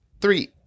three